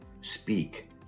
speak